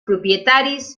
propietaris